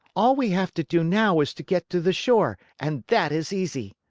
all we have to do now is to get to the shore, and that is easy.